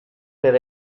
per